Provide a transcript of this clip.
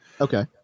Okay